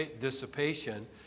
dissipation